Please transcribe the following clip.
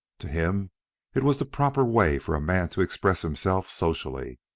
to him it was the proper way for a man to express himself socially.